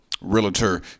realtor